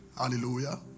hallelujah